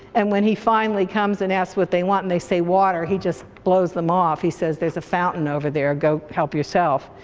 and when he finally comes and asks what they want, and they say water, he just blows them off, he says, there's a fountain over there, go help yourself.